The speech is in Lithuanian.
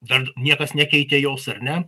dar niekas nekeitė jos ar ne